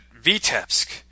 vitebsk